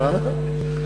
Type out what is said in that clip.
מה?